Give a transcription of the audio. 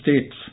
states